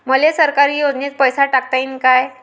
मले सरकारी योजतेन पैसा टाकता येईन काय?